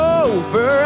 over